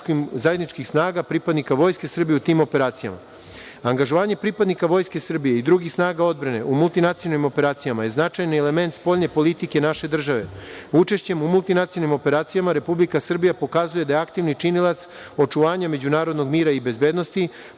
zajedničkih snaga pripadnika Vojske Srbije u tim operacijama. Angažovanje pripadnika Vojske Srbije i drugih snaga odbrane u multinacionalnim operacijama je značajan element spoljne politike naše države. Učešćem u multinacionalnim operacijama Republika Srbija pokazuje da aktivni činilac očuvanja međunarodnog mira i bezbednosti,